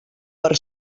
per